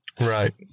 Right